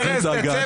ארז, צא